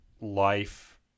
life